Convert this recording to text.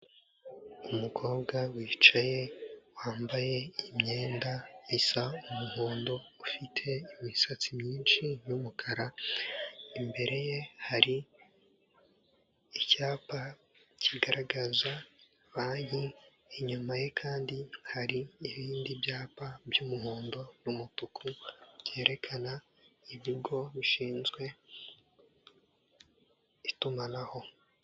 Umukobwa wicaye wambaye imyenda isa umuhondo, ufite imisatsi myinshi y'umukara, imbere ye hari icyapa kigaragaza banki, inyuma ye kandi hari ibindi byapa by'umuhondo n'umutuku, byerekana ibigo bishinzwe itumanaho.